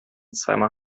zweimal